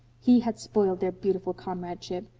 he had spoiled their beautiful comradeship.